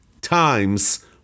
times